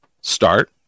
start